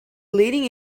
leading